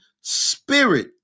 spirit